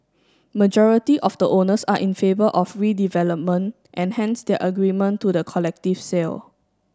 majority of the owners are in favour of redevelopment and hence their agreement to the collective sale